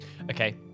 Okay